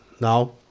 now